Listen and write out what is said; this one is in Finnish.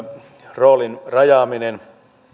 roolin rajaaminen